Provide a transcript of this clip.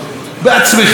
בג'ובים שלכם,